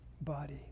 body